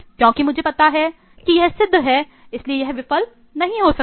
क्योंकि मुझे पता है कि यह एक सिद्ध है इसलिए यह विफल नहीं होगा